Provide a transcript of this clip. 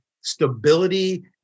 stability